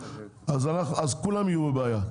אז כולם יהיו בבעיה,